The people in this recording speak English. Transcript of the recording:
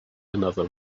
another